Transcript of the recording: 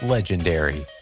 Legendary